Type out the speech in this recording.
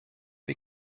wir